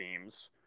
themes